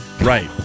Right